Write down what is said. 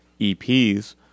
EPs